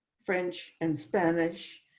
french and spanish.